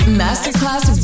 masterclass